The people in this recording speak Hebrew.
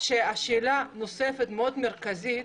ששאלה נוספת מאוד מרכזית,